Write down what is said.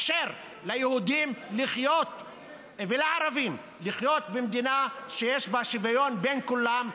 ולאפשר ליהודים לחיות ולערבים לחיות במדינה שיש בה שוויון בין כולם,